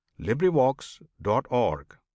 librivox.org